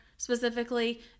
specifically